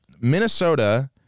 Minnesota